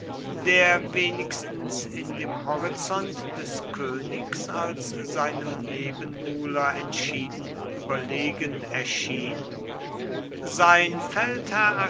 der wenigstens in dem horizont des königs als seinem nebenbuhler entschieden überlegen erschien sein feldherr